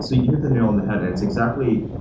so you hit the nail on the head and it's exactly,